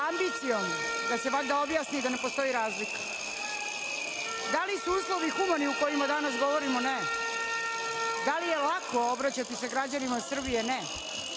ambicijom da se valjda objasni da ne postoji razlika. Da li su uslovi humani u kojima danas govorimo? Ne. Da li je lako obraćati se građanima Srbije? Ne,